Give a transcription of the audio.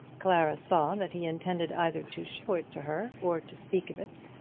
clara saw that he intended either to show it to her or to speak of it,